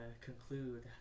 conclude